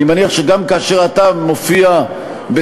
אני מניח שגם כאשר אתה מופיע בסניפי